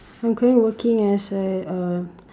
I'm going working as a uh